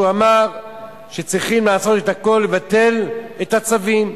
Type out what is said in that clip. אמר שצריכים לעשות את הכול כדי לבטל את הצווים.